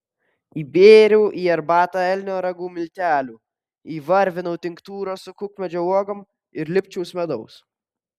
įbėriau į arbatą elnio ragų miltelių įvarvinau tinktūros su kukmedžio uogom ir lipčiaus medaus